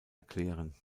erklären